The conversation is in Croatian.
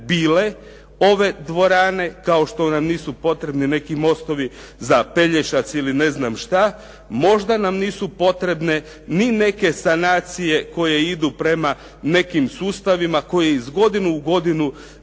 ove dvorane kao što nam nisu potrebni neki mostovi za Pelješac ili ne znam šta, možda nam nisu potrebne ni neke sanacije koje idu prema nekim sustavima koji iz godine u godinu